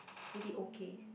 really okay